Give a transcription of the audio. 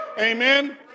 Amen